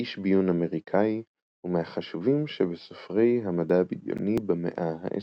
איש ביון אמריקאי ומהחשובים שבסופרי המדע הבדיוני במאה ה-20.